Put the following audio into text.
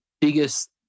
biggest